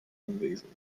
anwesend